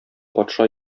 патша